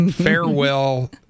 farewell